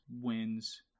wins